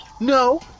No